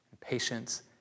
patience